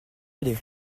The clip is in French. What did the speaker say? aller